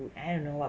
I don't know what